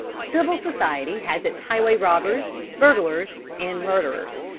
civil society has its highway robbers, burglars and murderers.